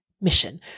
mission